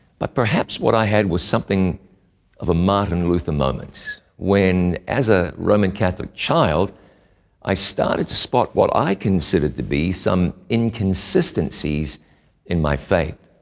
but perhaps what i had was something of a martin luther moment, when as a roman catholic child i started to spot what i considered to be some inconsistencies in my faith.